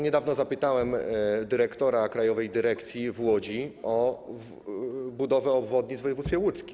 Niedawno zapytałem dyrektora krajowej dyrekcji w Łodzi o budowę obwodnic w województwie łódzkim.